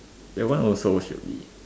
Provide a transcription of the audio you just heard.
that one also should be